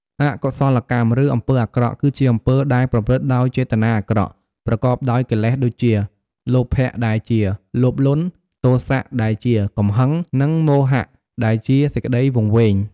អកុសលកម្ម ឬ អំពើអាក្រក់ គឺជាអំពើដែលប្រព្រឹត្តដោយចេតនាអាក្រក់ ប្រកបដោយកិលេសដូចជា លោភៈដែលជា លោភលន់ ទោសៈ ដែលជា កំហឹង និងមោហៈ ដែលជា សេចក្តីវង្វេង។